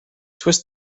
twist